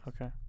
Okay